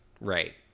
right